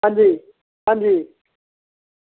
अंजी अंजी